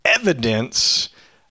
evidence